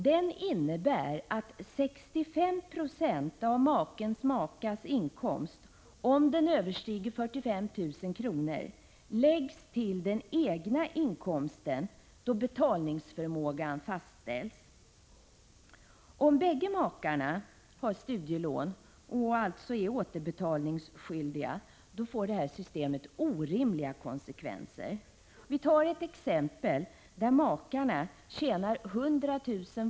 Den innebär att 65 90 av makes eller makas inkomst, om den överstiger 45 000 kr., läggs till den egna inkomsten då betalningsförmågan fastställs. Om bägge makarna har studielån och alltså är återbetalningsskyldiga får systemet orimliga konsekvenser. Vi kan ta ett exempel där makarna tjänar 100 000 kr.